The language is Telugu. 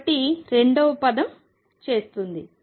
కాబట్టి రెండవ పదం చేస్తుంది